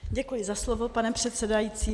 Děkuji za slovo, pane předsedající.